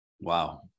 Wow